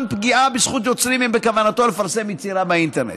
פגיעה בזכות יוצרים אם הכוונה היא לפרסם יצירה באינטרנט.